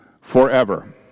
forever